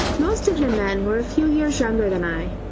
most of the men were a few years younger than i.